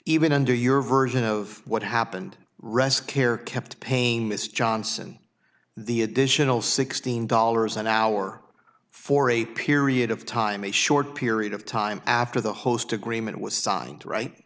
even under your version of what happened rest care kept paying mr johnson the additional sixteen dollars an hour for a period of time a short period of time after the host agreement was signed right